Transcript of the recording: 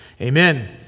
Amen